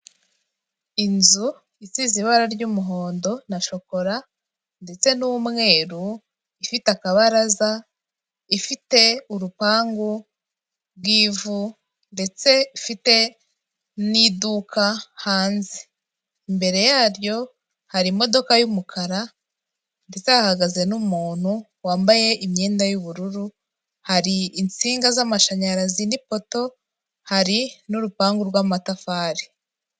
Inzu isize ibara ry'umuhondo na shokora, ndetse n'umweru, ifite akabaraza, ifite urupangu rw'ivu, ndetse ifite n'iduka hanze, imbere yaryo hari imodoka y'umukara ndetse hahagaze n'umuntu wambaye imyenda y'ubururu, hari insinga z'amashanyarazi ni poto hari n'urupangu rw'amatafari.